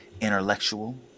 intellectual